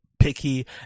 picky